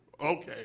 okay